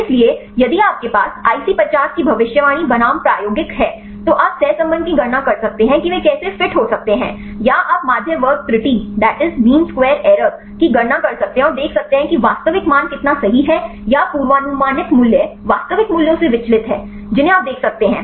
इसलिए यदि आपके पास IC50 की भविष्यवाणी बनाम प्रायोगिक है तो आप सहसंबंध की गणना कर सकते हैं कि वे कैसे फिट हो सकते हैं या आप माध्य वर्ग त्रुटि की गणना कर सकते हैं और देख सकते हैं कि वास्तविक मान कितना सही है या पूर्वानुमानित मूल्य वास्तविक मूल्यों से विचलित हैं जिन्हें आप देख सकते हैं